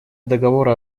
договора